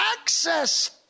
access